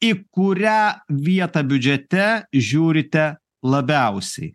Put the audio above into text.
į kurią vietą biudžete žiūrite labiausiai